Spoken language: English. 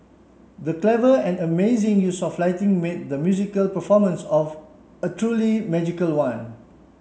the clever and amazing use of lighting made the musical performance a truly magical one